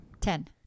Ten